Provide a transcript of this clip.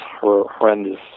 horrendous